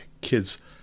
kids